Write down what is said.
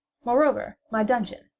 moreover, my dungeon,